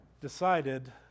decided